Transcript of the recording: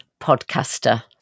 podcaster